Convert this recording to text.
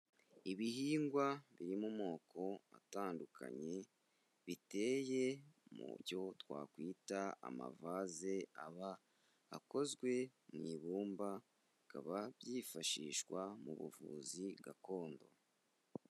Ibihingwa biri mu moko atandukanye, biteye mu byo twakwita amavaze, aba akozwe mu ibumba, bikaba byifashishwa mu buvuzi gakondo.